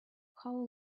how